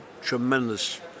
tremendous